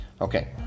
Okay